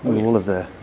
all of the.